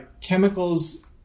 chemicals